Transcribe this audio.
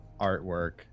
artwork